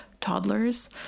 toddlers